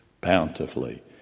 bountifully